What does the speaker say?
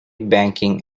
banking